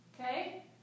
okay